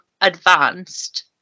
advanced